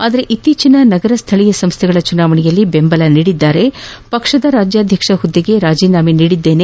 ಆದರೆ ಇತ್ತೀಚಿನ ನಗರಸ್ಥಳೀಯ ಸಂಸ್ಥೆಗಳ ಚುನಾವಣೆಯಲ್ಲಿ ಬೆಂಬಲ ನೀಡಿದ್ದಾರೆ ಪಕ್ಷದ ರಾಜ್ಯಾಧ್ಯಕ್ಷ ಹುದ್ದೆಗೆ ರಾಜೀನಾಮೆ ನೀಡಿದ್ದೇನೆ